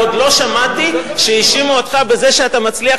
אני עוד לא שמעתי שהאשימו אותך בזה שאתה מצליח